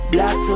Black